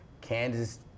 Kansas